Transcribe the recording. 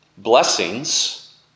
Blessings